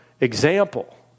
example